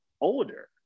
older